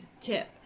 tip